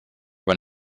when